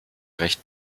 recht